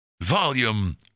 volume